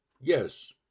Yes